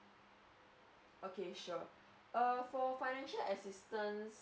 okay sure err for financial assistance